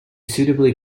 suitably